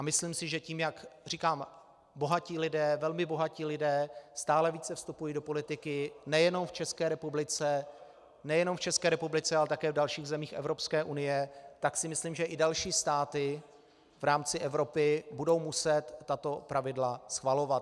Myslím si, že tím, jak bohatí lidé, velmi bohatí lidé, stále více vstupují do politiky nejenom v České republice, ale také v dalších zemích Evropské unie, tak si myslím, že i další státy v rámci Evropy budou muset tato pravidla schvalovat.